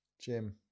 Jim